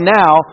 now